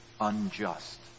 unjust